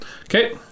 Okay